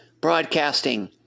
broadcasting